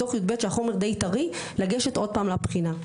בתוך י"ב שהחומר די טרי לגשת עוד פעם לבחינה.